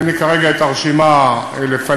אין לי כרגע הרשימה לפני,